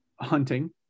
hunting